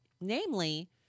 namely